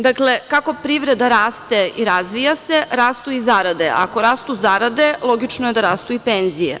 Dakle, kako privreda raste i razvija se, rastu i zarade, ako rastu zarade, logično je da rastu i penzije.